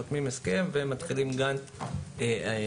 חותמים הסכם ומתחילים גאנט הקמה.